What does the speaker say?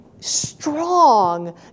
strong